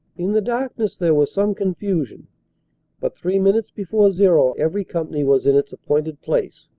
in the darkness there was some confusion but three minutes before zero every company was in its appointed place,